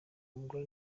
umugore